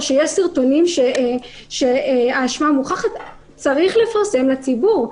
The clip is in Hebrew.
או שיש סרטונים שהאשמה מוכחת צריך לפרסם לציבור.